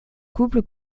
couple